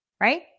right